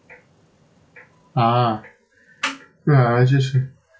ah ya I just heard